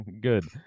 Good